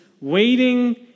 waiting